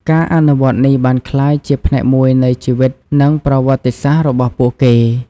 ការអនុវត្តនេះបានក្លាយជាផ្នែកមួយនៃជីវិតនិងប្រវត្តិសាស្ត្ររបស់ពួកគេ។